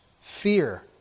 fear